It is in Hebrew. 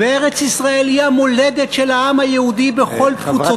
וארץ-ישראל היא המולדת של העם היהודי בכל תפוצותיו.